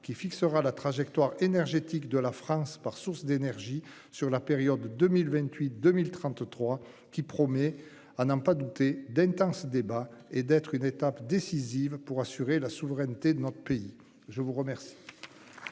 qui fixera la trajectoire énergétique de la France par source d'énergie sur la période 2028 2033 qui promet à n'en pas douter d'intenses débats et d'être une étape décisive pour assurer la souveraineté de notre pays. Je vous remercie.